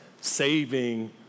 saving